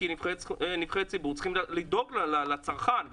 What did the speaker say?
כנבחרי ציבור צריכים לדאוג לצרכן,